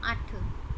ਅੱਠ